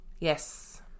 Yes